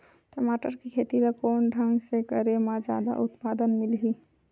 टमाटर के खेती ला कोन ढंग से करे म जादा उत्पादन मिलही?